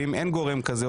ואם אין גורם כזה,